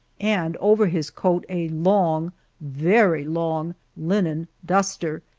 and over his coat a long very long linen duster,